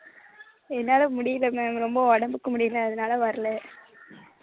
என்னால் முடியல மேம் ரொம்ப உடம்புக்கு முடியல அதனால் வரலை